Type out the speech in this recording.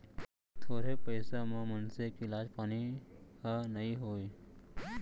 थोरे पइसा म मनसे के इलाज पानी ह नइ होवय